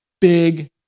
Big